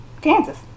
Kansas